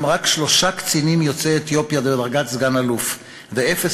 שלושה קצינים יוצאי אתיופיה בדרגת סגן-אלוף ואפס